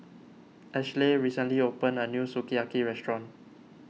Ashleigh recently opened a new Sukiyaki restaurant